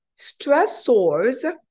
stressors